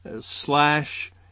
slash